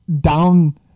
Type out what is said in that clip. down